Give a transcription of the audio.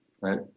Right